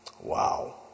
wow